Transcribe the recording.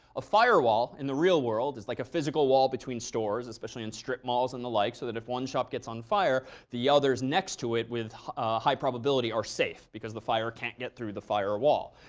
a firewall in the real world is like a physical wall between stores, especially in strip malls and the like. so that if one shop gets on fire, the other's next to it with high probability are safe. because the fire can't get through the firewall.